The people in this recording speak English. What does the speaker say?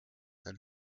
and